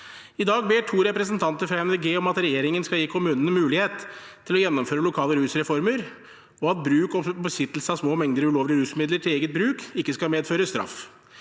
I dag ber tre representanter fra MDG om at regjeringen skal gi kommunene mulighet til å gjennomføre lokale rusreformer, og at bruk og besittelse av små mengder ulovlige rusmidler til eget bruk ikke skal medføre straff.